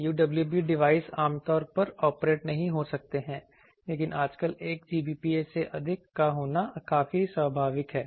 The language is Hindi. UWB डिवाइस आमतौर पर ऑपरेट नहीं हो सकते हैं लेकिन आजकल 1 Gbps से अधिक का होना काफी स्वाभाविक है